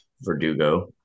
Verdugo